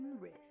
risk